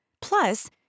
Plus